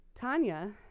Tanya